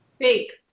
Fake